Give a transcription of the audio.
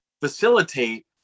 facilitate